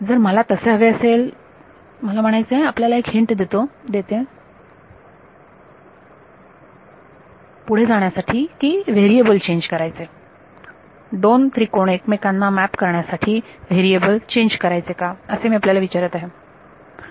जर मला तसे हवे असेल मला म्हणायचे आहे आपल्याला एक हिन्ट देण्याचा प्रयत्न करत आहे पुढे जाण्यासाठी की व्हेरिएबल चेंज करायचे दोन त्रिकोण एकमेकांना मॅप करण्यासाठी व्हेरिएबल चेंज करायचे का असे मी आपल्याला विचारत आहे